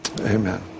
Amen